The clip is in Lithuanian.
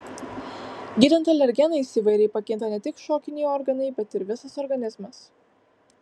gydant alergenais įvairiai pakinta ne tik šokiniai organai bet ir visas organizmas